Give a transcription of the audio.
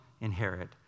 inherit